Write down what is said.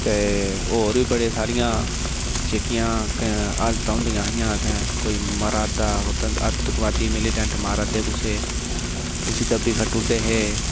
होर बी बड़ी सारियां जेह्कियां हालतां होंदिया हियां कोई मरा दा आतंकवादी मिलिटैंट मारा दे कुसै गी उसी दब्बी खट्टूड़दे हे